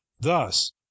thus